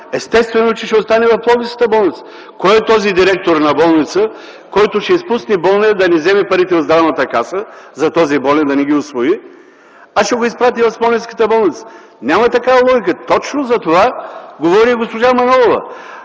Естествено че ще остане в Пловдивската болница. Кой е този директор на болница, който ще изпусне болния - да не вземе парите от Здравната каса за този болен, да не ги усвои, а ще го изпрати в Смолянската болница?! Няма такава логика. Точно за това говори и госпожа Манолова.